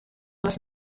les